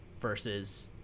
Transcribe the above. versus